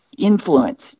influence